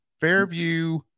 Fairview